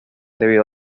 debido